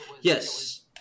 Yes